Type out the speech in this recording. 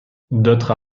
d’autres